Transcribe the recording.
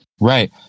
Right